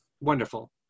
wonderful